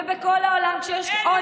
צבועים.